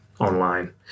online